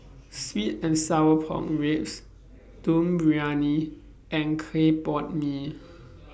Sweet and Sour Pork Ribs Dum Briyani and Clay Pot Mee